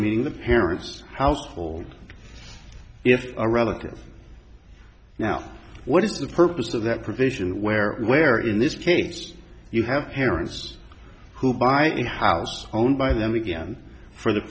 g the parents household if a relative now what is the purpose of that provision where where in this case you have parents who buy a house owned by them again for the